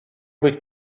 być